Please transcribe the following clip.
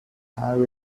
higher